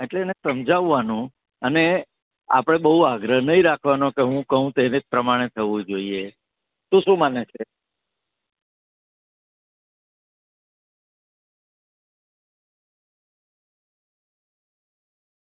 એટલે એને સમજાવવાનું અને આપણે બહુ આગ્રહ નહીં રાખવાનો કે હું કહું તેને જ પ્રમાણે થવું જોઈએ તું શું માને છે